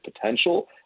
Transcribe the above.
potential –